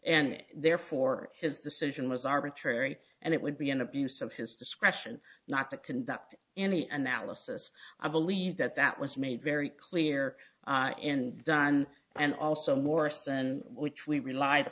and therefore his decision was arbitrary and it would be an abuse of his discretion not to conduct any analysis i believe that that was made very clear and done and also more certain which we relied